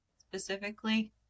specifically